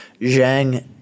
Zhang